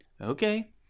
okay